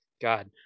God